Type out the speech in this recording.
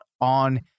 on